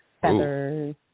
feathers